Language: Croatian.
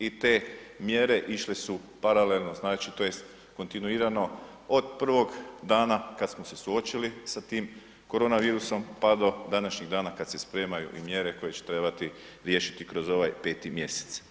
I te mjere išle su paralelno, znači tj. kontinuirano od prvog dana kad smo se suočili sa tim koronavirusom pa do današnjeg dana kad se spremaju i mjere koje će trebati riješiti kroz ovaj 5. mjesec.